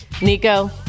Nico